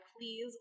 please